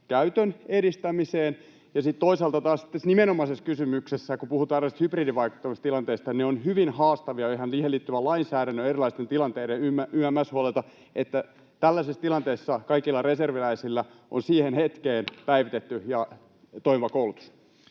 käytön edistämiseen ja sitten toisaalta taas tähän tässä nimenomaisessa kysymyksessä, kun puhutaan näistä hybridivaikuttamistilanteista — ne ovat hyvin haastavia jo ihan siihen liittyvän lainsäädännön ja erilaisten tilanteiden yms. puolelta — että tällaisessa tilanteessa kaikilla reserviläisillä on siihen hetkeen päivitetty ja toimiva koulutus.